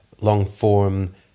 long-form